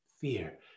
fear